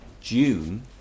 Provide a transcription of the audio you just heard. June